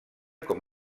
com